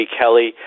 Kelly